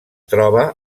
troba